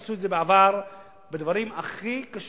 עשו את זה בעבר בדברים הכי קשים: